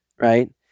Right